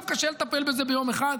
ועכשיו קשה לטפל בזה ביום אחד,